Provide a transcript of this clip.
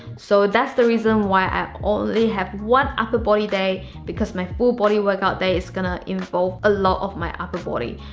so, that's the reason why i already have one upper body day because my full body workout day is gonna involve a lot of my upper body.